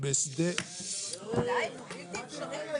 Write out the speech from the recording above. בשדה ------ די, חבר'ה.